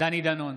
דני דנון,